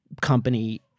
company